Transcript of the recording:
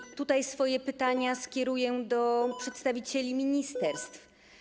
I tutaj swoje pytania skieruję do przedstawicieli ministerstw.